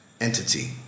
entity